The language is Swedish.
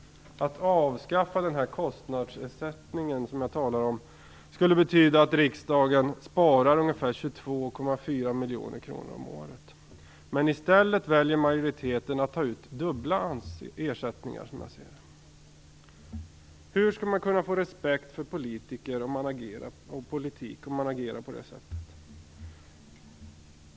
Att avskaffa den här kostnadsersättningen som jag talar om skulle betyda att riksdagen sparar ungefär 22,4 miljoner kronor om året. I stället väljer majoriteten att ta ut dubbla ersättningar, som jag ser det. Hur skall man kunna få respekt för politiker och politik om man agerar på det här sättet?